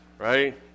Right